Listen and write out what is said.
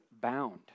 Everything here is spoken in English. bound